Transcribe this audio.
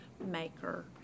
maker